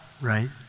right